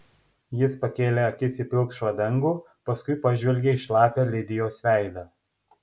jis pakėlė akis į pilkšvą dangų paskui pažvelgė į šlapią lidijos veidą